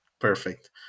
perfect